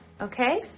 okay